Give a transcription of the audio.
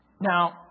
Now